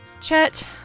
Chet